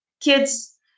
kids